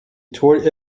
toured